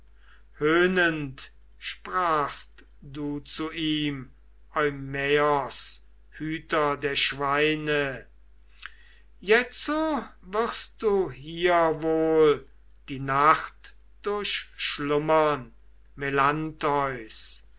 höhnend sprachst du zu ihm eumaios hüter der schweine jetzo wirst du hier wohl die nacht durchschlummern